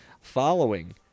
following